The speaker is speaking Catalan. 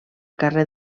carrer